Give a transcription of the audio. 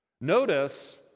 Notice